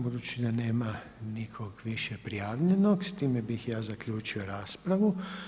Budući da nema nikog više prijavljenog s time bih ja zaključio raspravu.